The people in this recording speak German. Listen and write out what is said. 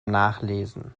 nachlesen